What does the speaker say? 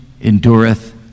endureth